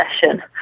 session